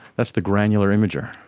that's the granular imager.